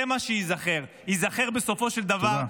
זה מה שייזכר, ייזכר בסופו של דבר -- תודה.